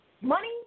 money